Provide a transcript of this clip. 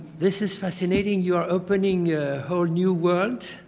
this is fascinating. you are opening a whole new world.